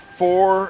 four